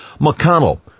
McConnell